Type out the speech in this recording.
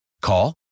Call